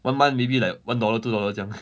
one month maybe like one dollar two dollar 这样